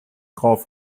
golf